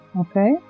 Okay